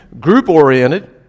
group-oriented